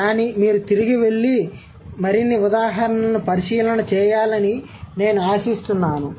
కానీ మీరు తిరిగి వెళ్లి మరిన్ని ఉదాహరణలను పరిశీలన చేయాలని నేను ఆశిస్తున్నాను